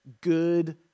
good